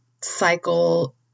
cycle